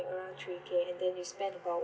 around three K and then you spend about